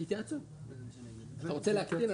אתה רוצה להקטין?